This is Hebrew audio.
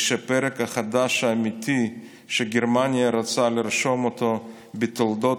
ושהפרק החדש האמיתי שגרמניה רוצה לרשום אותו בתולדות